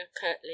curtly